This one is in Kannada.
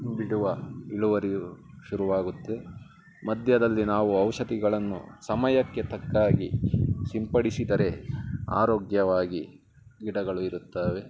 ಬಿಡುವ ಇಳುವರಿಯೂ ಶುರುವಾಗುತ್ತೆ ಮಧ್ಯದಲ್ಲಿ ನಾವು ಔಷಧಿಗಳನ್ನು ಸಮಯಕ್ಕೆ ತಕ್ಕ ಹಾಗೆ ಸಿಂಪಡಿಸಿದರೆ ಆರೋಗ್ಯವಾಗಿ ಗಿಡಗಳು ಇರುತ್ತವೆ